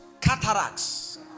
Cataracts